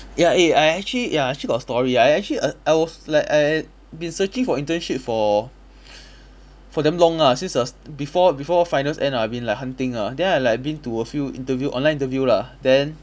ya eh I actually ya I actually got story I actually err I was like I been searching for internship for for damn long ah since I was before before finals end ah I've been like hunting ah then I like been to a few interview online interview lah then